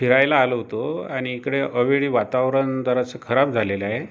फिरायला आलो होतो आणि इकडे अवेळी वातावरण जरासं खराब झालेलं आहे